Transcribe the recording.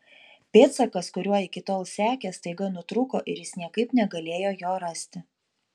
pėdsakas kuriuo iki tol sekė staiga nutrūko ir jis niekaip negalėjo jo rasti